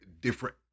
different